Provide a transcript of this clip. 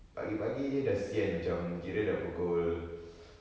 pagi pagi jer dah sian macam kira sudah pukul